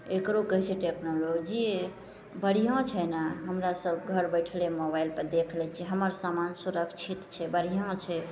एकरो कहै छै अपन टेक्नोलॉजिए बढ़िओँ छै ने हमरासभ घर बैठले मोबाइलपर देखि लै छिए हमर समान सुरक्षित छै बढ़िआँ छै